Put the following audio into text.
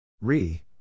Re